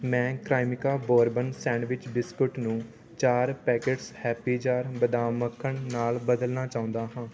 ਮੈਂ Cremica bourbon sandwich biscuit ਨੂੰ ਚਾਰ ਪੈਕੇਟਸ ਹੈਪੀ ਜਾਰ ਬਦਾਮ ਮੱਖਣ ਨਾਲ ਬਦਲਣਾ ਚਾਹੁੰਦਾ ਹਾਂ